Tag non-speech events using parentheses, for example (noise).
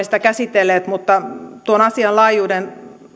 (unintelligible) sitä käsitelleet mutta asian laajuuden